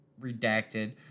redacted